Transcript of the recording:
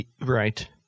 Right